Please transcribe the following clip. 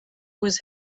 was